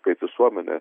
kaip visuomenė